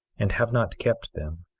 and have not kept them.